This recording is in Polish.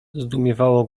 zdumiewało